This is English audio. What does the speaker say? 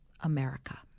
America